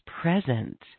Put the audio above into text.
present